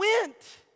went